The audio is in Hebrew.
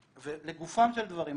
לגופם של דברים,